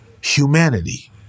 humanity